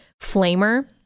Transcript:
Flamer